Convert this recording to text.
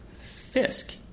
Fisk